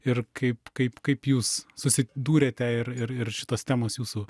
ir kaip kaip kaip jūs susidūrėte ir ir ir šitos temos jūsų